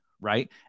right